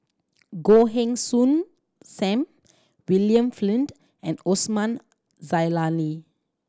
Goh Heng Soon Sam William Flint and Osman Zailani